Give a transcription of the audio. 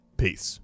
Peace